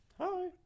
Hi